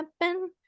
happen